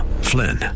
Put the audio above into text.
Flynn